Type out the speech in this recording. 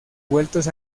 vueltos